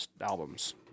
albums